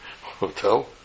hotel